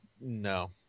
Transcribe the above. no